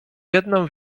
jedną